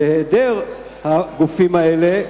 בהיעדר הגופים האלה,